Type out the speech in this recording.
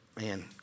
man